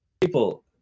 people